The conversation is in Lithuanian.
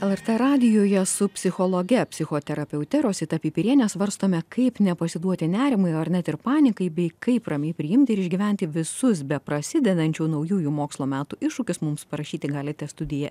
lrt radijuje su psichologe psichoterapeute rosita pipirienė svarstome kaip nepasiduoti nerimui ar net ir panikai bei kaip ramiai priimti ir išgyventi visus beprasidedančių naujųjų mokslo metų iššūkius mums parašyti galite studija